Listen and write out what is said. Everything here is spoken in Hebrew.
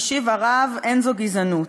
משיב הרב: אין זו גזענות.